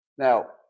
Now